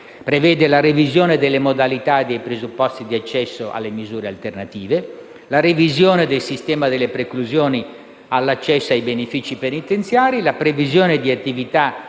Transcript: prevedono la revisione delle modalità e dei presupposti di accesso alle misure alternative; la revisione del sistema delle preclusioni all'accesso ai benefici penitenziari; la previsione di attività di giustizia